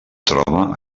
troba